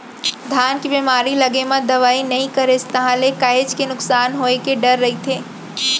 धान के बेमारी लगे म दवई नइ करेस ताहले काहेच के नुकसान होय के डर रहिथे